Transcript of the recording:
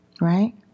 Right